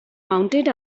mounted